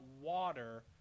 water